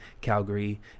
Calgary